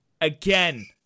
again